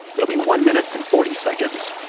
it'll be one minute and forty seconds.